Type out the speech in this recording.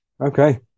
Okay